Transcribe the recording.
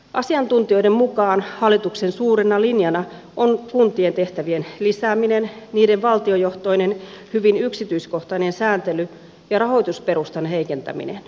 asiantuntijoiden mukaan hallituksen suurena linjana on kuntien tehtävien lisääminen niiden valtiojohtoinen hyvin yksityiskohtainen sääntely ja rahoitusperustan heikentäminen